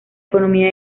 economía